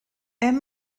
hem